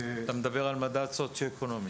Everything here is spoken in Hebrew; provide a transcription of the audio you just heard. אתה מדבר על מדד סוציואקונומי, נכון?